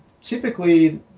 Typically